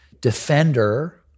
defender